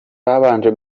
babanje